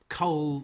coal